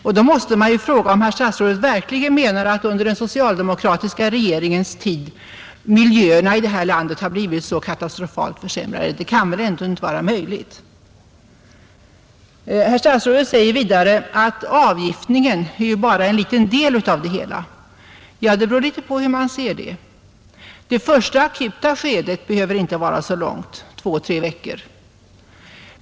Och då måste jag fråga, om herr statsrådet verkligen menar att miljöerna under den socialdemokratiska regeringens tid i det här landet har blivit så katastrofalt försämrade. Det kan väl ändå inte vara möjligt! Vidare säger statsrådet att avgiftningen bara är en liten del av hela problemet. Ja, det beror på hur man ser det. Det första akuta skedet behöver inte vara så långt, kanske två tre veckor.